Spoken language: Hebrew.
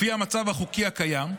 לפי המצב החוקי הקיים,